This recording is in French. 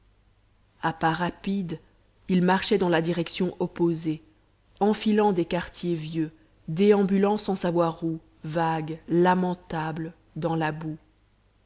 à pas rapides il marchait dans la direction opposée enfilant des quartiers vieux déambulant sans savoir où vague lamentable dans la boue